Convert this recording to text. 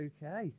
Okay